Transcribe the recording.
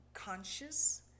conscious